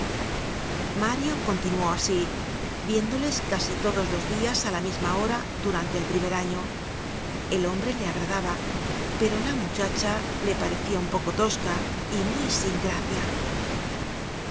mario continuó asi viéndoles casi todos los dias á la misma hora durante el primer año el hombre le agradaba pero la muchacha le parecia un poco tosca y muy sin gracia